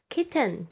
Kitten